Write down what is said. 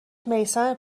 میثم